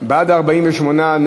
סדום ועמורה.